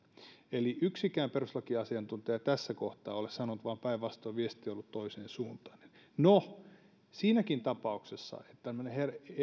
eli yksikään perustuslakiasiantuntija ei tässä kohtaa ole sanonut vaan päinvastoin viesti on ollut toisensuuntainen no siinäkin tapauksessa että tämmöinen